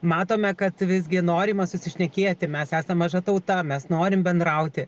matome kad visgi norima susišnekėti mes esam maža tauta mes norim bendrauti